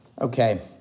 Okay